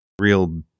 real